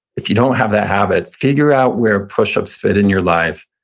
if you don't have that habit, figure out where push-ups fit in your life,